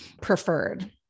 preferred